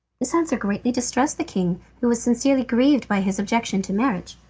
this answer greatly distressed the king, who was sincerely grieved by his objection to marriage.